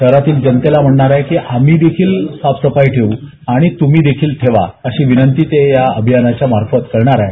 शहरातील जनतेला म्हणणार आहेत की आम्हीदेखील साफसफाई ठेव् आणि त्म्ही देखील ठेवा अशी विनंती ते या अभियानाच्या मार्फत करणार आहेत